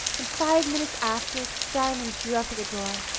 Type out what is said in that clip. in five minutes after, diamond drew up at the door.